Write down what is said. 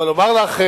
אבל אומר לך,